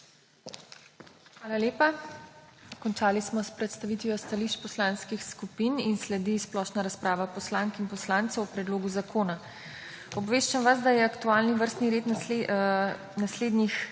Hvala lepa. Končali smo s predstavitvijo stališč poslanskih skupin. Sledi splošna razprava poslank in poslancev k predlogu zakona. Obveščam vas, da je aktualni vrstni red naslednjih